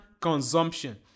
consumption